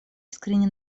искренне